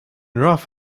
rough